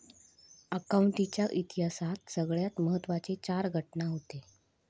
accounting च्या इतिहासात सगळ्यात महत्त्वाचे चार घटना हूते